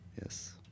yes